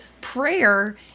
prayer